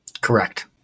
Correct